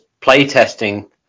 playtesting